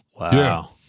Wow